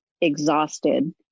exhausted